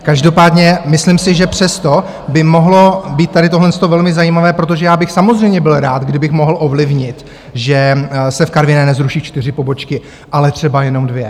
Každopádně myslím si, že přesto by mohlo být tady tohle velmi zajímavé, protože já bych samozřejmě byl rád, kdybych mohl ovlivnit, že se v Karviné nezruší čtyři pobočky, ale třeba jenom dvě.